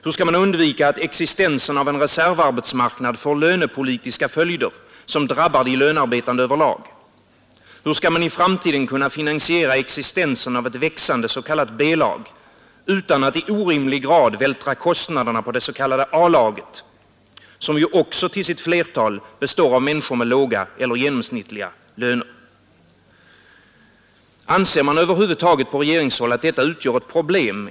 Hur skall man undvika att existensen av en reservarbetsmarknad får lönepolitiska följder som drabbar de lönarbetande över lag? Hur skall man i framtiden kunna finansiera existensen av ett växande ”B-lag” utan att i orimlig grad vältra kostnaderna på ”A-laget”, som ju också till sitt flertal består av människor med låga eller genomsnittliga löner? Vilka planer har regeringen för att på längre sikt komma till rätta med sysselsättningsproblemet i dess många aspekter? Har man över huvud några planer utöver det perspektiv som ryms inom ramen för ett budgetår?